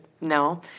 no